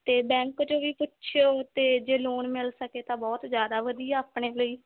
ਅਤੇ ਬੈਂਕ 'ਚ ਵੀ ਪੁੱਛਿਓ ਅਤੇ ਜੇ ਲੋਨ ਮਿਲ ਸਕੇ ਤਾਂ ਬਹੁਤ ਜ਼ਿਆਦਾ ਵਧੀਆ ਆਪਣੇ ਲਈ